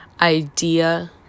idea